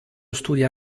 studia